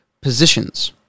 positions